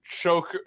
choke